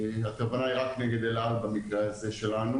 הכוונה היא רק נגד אל-על במקרה הזה שלנו